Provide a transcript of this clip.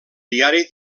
diari